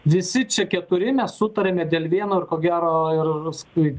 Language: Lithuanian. visi čia keturi mes sutariame dėl vieno ir ko gero ir paskui